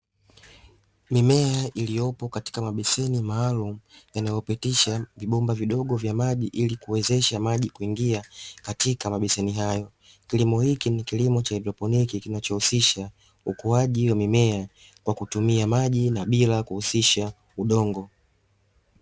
Mimea iliyopo katika mabeseni maalumu yanayopitisha vibomba vidogo vya maji ili kuwezesha maji kuingia katika mabeseni hayo, kilimo hiki ni kilimo cha haidroponi, kinachohusisha ukuaji wa mimea kwa kutumia maji na bila kuhusisha udongo.